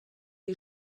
die